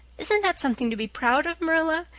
isn't that something to be proud of, marilla?